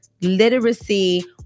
literacy